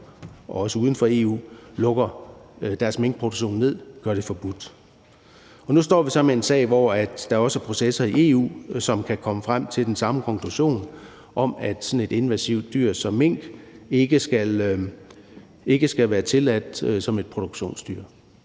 EU, også uden for EU, lukker deres minkproduktion ned og gør det forbudt. Nu står vi så med en sag, hvor der også er processer i EU, som kan komme frem til den samme konklusion om, at sådan et invasivt dyr som mink ikke skal være tilladt som et produktionsdyr.